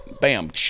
bam